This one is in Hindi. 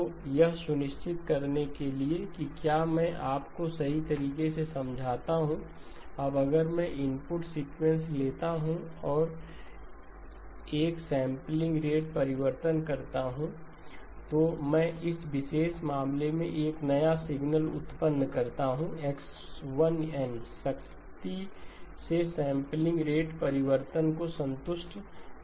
तो यह सुनिश्चित करने के लिए कि क्या मैं आपको सही तरीके से समझता हूं अब अगर मैं इनपुट सीक्वेंस लेता हूं और मैं एक सैंपलिंग रेटपरिवर्तन करता हूं तो मैं इस विशेष मामले में एक नया सिग्नल उत्पन्न करता हूं X1 n सख्ती से सैंपलिंग रेट परिवर्तन को संतुष्ट नहीं करता है